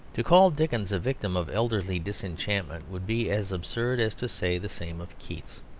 to call dickens a victim of elderly disenchantment would be as absurd as to say the same of keats.